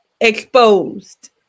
exposed